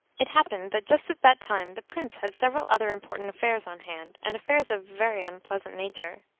it happened that just at that time the prince had several other important affairs on hand, and affairs of a very unpleasant nature.